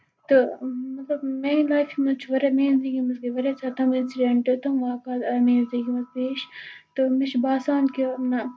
تہٕ مطلب میٲنہِ لایفہِ منٛز چھُ واریاہ میانہِ زِندگی منٛز گٔے واریاہ زیادٕ تِم اِنسیڈنٹ تِم واقع آیہِ میٲنہِ زِندگی منٛز پیش تہٕ مےٚ چھُ باسان کہِ نہ